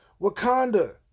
Wakanda